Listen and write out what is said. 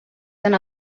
tan